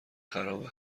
خراب